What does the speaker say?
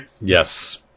Yes